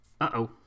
uh-oh